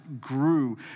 grew